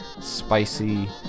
spicy